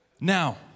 Now